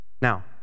Now